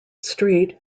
street